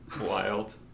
wild